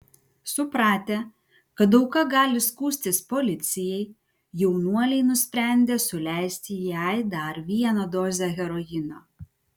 supratę kad auka gali skųstis policijai jaunuoliai nusprendė suleisti jai dar vieną dozę heroino